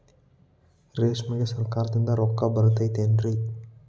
ರೇಷ್ಮೆಗೆ ಸರಕಾರದಿಂದ ರೊಕ್ಕ ಬರತೈತೇನ್ರಿ?